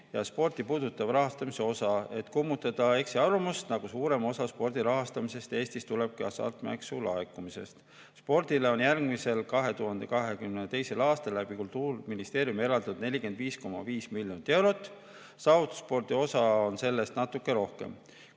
sporti puudutava rahastamise osa, et kummutada eksiarvamust, nagu suurem osa spordi rahastamisest Eestis tulekski hasartmängumaksu laekumisest. Spordile on järgmisel, 2022. aastal Kultuuriministeeriumi kaudu eraldatud 45,5 miljonit eurot. Saavutusspordi osa on sellest natuke rohkem